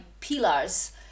pillars